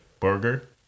burger